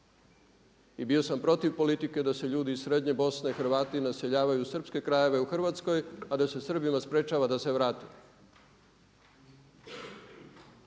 I bio sam protiv politike da se ljudi iz srednje Bosne, Hrvati naseljavaju u srpske krajeve u Hrvatskoj, a da se Srbima sprječava da se vrate.